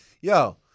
yo